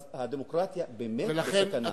הדמוקרטיה באמת בסכנה.